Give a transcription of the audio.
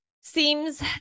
seems